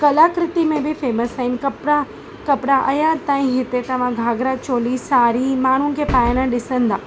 कलाकृति में बि फेमस आहियूं कपिड़ा कपिड़ा अञां ताईं हिते अथव घाघरा चोली साड़ी माण्हूं खे पाइणु ॾिसंदा